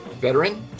veteran